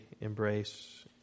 embrace